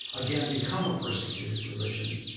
again, become a persecuted religion,